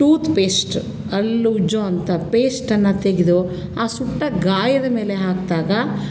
tooth paste ಹಲ್ಲುಜ್ಜುವಂಥ ಪೇಸ್ಟನ್ನು ತೆಗೆದು ಆ ಸುಟ್ಟ ಗಾಯದ ಮೇಲೆ ಹಾಕಿದಾಗ